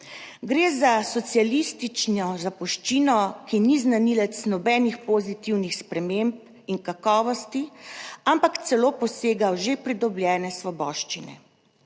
Gre za socialistično zapuščino, ki ni znanilec nobenih pozitivnih sprememb in kakovosti, ampak celo posega v že pridobljene svoboščine.